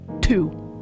Two